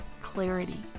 clarity